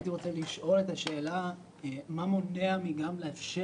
הייתי רוצה לשאול מה מונע ומה מאפשר